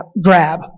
grab